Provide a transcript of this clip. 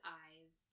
eyes